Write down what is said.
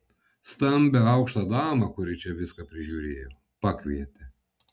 stambią aukštą damą kuri čia viską prižiūrėjo pakvietė